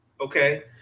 Okay